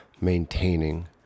maintaining